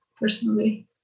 personally